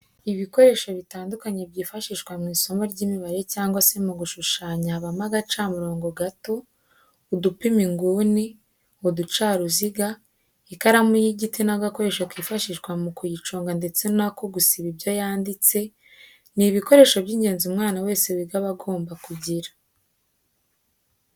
Ibikoresho bitandukanye byifashishwa mu isomo ry'imibare cyangwa se mu gushushanya habamo agacamurongo gato, udupima inguni, uducaruziga, ikaramu y'igiti n'agakoresho kifashishwa mu kuyiconga ndetse n'ako gusiba ibyo yanditse, ni ibikoresho by'ingenzi umwana wese wiga aba agomba kugira.